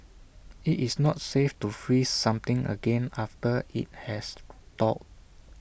IT is not safe to freeze something again after IT has thawed